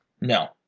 no